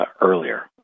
earlier